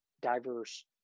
diverse